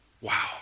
Wow